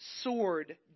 sword